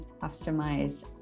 customized